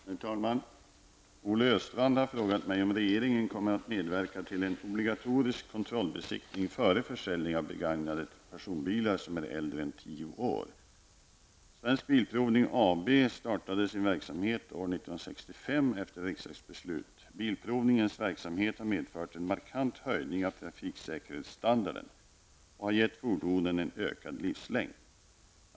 Herr talman! Olle Östrand har frågat mig om regeringen kommer att medverka till en obligatorisk kontrollbesiktning före försäljning av begagnade personbilar som är äldre än tio år. 1965 efter riksdagsbeslut. Bilprovningens verksamhet har medfört en markant höjning av trafiksäkerhetsstandarden och har gett fordonen en ökad livslängd.